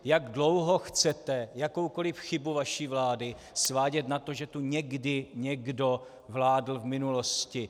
Jak dlouho chcete jakoukoliv chybu vaší vlády svádět na to, že tu někdy někdo vládl v minulosti?